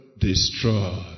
destroy